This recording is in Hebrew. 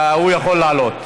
הוא יכול לעלות.